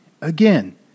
again